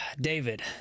David